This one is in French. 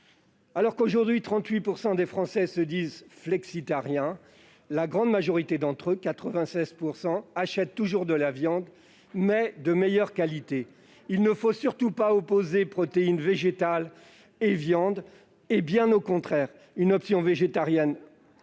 Alors que, aujourd'hui, 38 % des Français se disent flexitariens, la grande majorité d'entre eux, soit 96 %, achète toujours de la viande, mais de meilleure qualité. N'opposons surtout pas protéines végétales et viande, bien au contraire ! Une option végétarienne